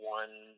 one